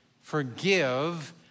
Forgive